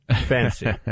fancy